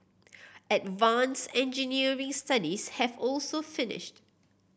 advance engineering studies have also finished